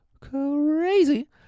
crazy